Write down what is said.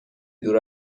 دور